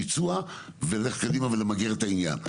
ביצוע וללכת קדימה ולמגר את העניין.